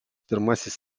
pirmasis